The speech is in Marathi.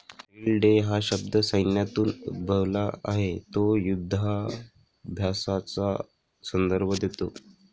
फील्ड डे हा शब्द सैन्यातून उद्भवला आहे तो युधाभ्यासाचा संदर्भ देतो